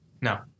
No